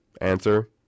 Answer